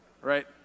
right